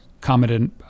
commented